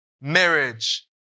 marriage